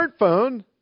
smartphone